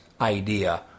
idea